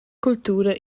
cultura